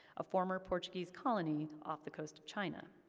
a former portuguese colony off the coast of china,